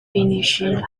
finishing